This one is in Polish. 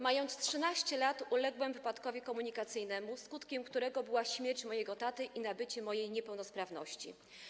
Mając 13 lat uległem wypadkowi komunikacyjnemu, skutkiem którego była śmierć mojego taty i nabycie przeze mnie niepełnosprawności.